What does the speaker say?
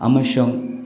ꯑꯃꯁꯨꯡ